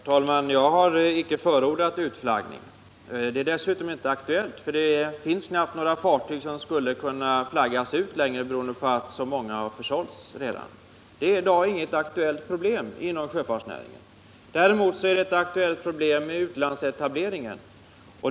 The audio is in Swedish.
Herr talman! Jag har icke förordat utflaggning. Dessutom är det inte aktuellt. Det finns knappast längre några fartyg som skulle kunna flaggas ut, beroende på att så många redan har försålts. Det är i dag aktuellt problem inom sjöfartsnäringen. Däremot är utlandsetableringen ett aktuellt problem.